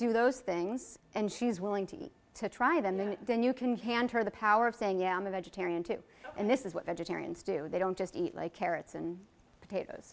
do those things and she's willing to to try them and then you can hand her the power of saying yeah i'm a vegetarian too and this is what vegetarians do they don't just eat like carrots and potatoes